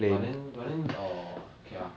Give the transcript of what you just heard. but then but then err okay ah